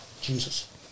Jesus